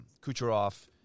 Kucherov